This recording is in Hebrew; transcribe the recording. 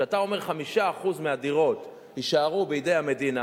כשאתה אומר 5% מהדירות יישארו בידי המדינה,